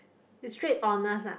it's straight Honours ah